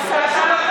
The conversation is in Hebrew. תתביישו לכם.